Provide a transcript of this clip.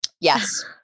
Yes